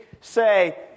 say